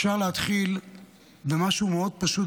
אפשר להתחיל במשהו מאוד פשוט,